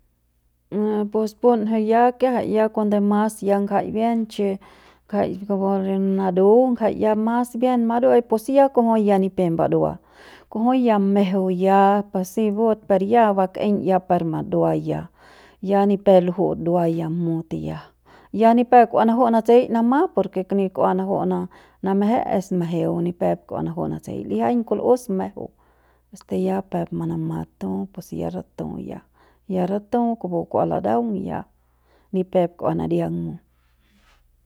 A pus pungje ya kiajai ya cuando mas ngjai bien chi ngjai kupu re naru ya ngjai mas bien maru'ui pus ya kujui ya ni pe mbarua kujui ya mejeu ya pu si but per ya bak'eiñ ya par madua ya, ya ni pep luju'u dua ya mut ya, ya ni pep kua manaju'u manatsei nama por ke ni kua naju'u name'je es majeu ni pep kua naju'u natsei lijiaiñ kul'us mejeu este ya peuk manama tu pus ya ratu ya, ya ratu kupu kua ladaung y ya ni pep kua nariang mu.